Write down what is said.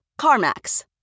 CarMax